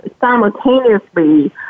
simultaneously